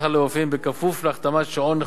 השכר לרופאים בכפוף להחתמת שעון נוכחות,